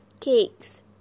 cakes